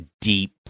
deep